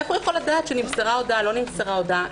איך הוא יכול לדעת אם נמסרה הודעה או לא נמסרה הודעה?